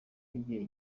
y’igihe